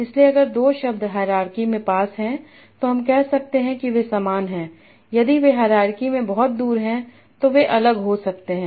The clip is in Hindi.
इसलिए अगर दो शब्द हायरार्की में पास हैं तो हम कह सकते हैं कि वे समान हैं यदि वे हायरार्की में बहुत दूर हैं तो वे अलग हो सकते हैं